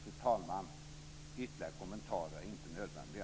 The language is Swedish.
Fru talman! Ytterligare kommentarer är inte nödvändiga.